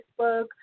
Facebook